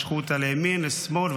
משכו אותה לימין, לשמאל.